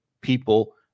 people